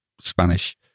Spanish